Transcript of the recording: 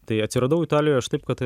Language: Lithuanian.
tai atsiradau italijoj aš taip kad